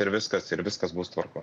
ir viskas ir viskas bus tvarkoj